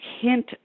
hint